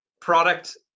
product